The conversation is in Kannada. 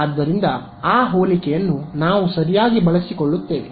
ಆದ್ದರಿಂದ ಆ ಹೋಲಿಕೆಯನ್ನು ನಾವು ಸರಿಯಾಗಿ ಬಳಸಿಕೊಳ್ಳುತ್ತೇವೆ